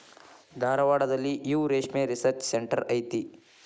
ಧಾರವಾಡದಲ್ಲಿಯೂ ರೇಶ್ಮೆ research centre ಐತಿ